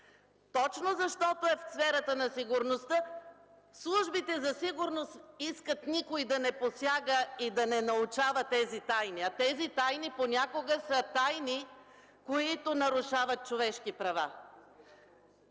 точно защото са в сферата на сигурността, службите за сигурност искат никой да не посяга и да не научава! А те понякога са тайни, които нарушават човешки права!